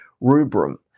rubrum